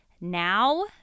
now